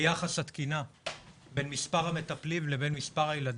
ביחס התקינה בין מספר המטפלים לבין מספר הילדים,